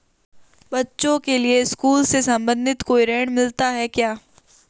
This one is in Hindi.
बच्चों के लिए स्कूल से संबंधित कोई ऋण मिलता है क्या?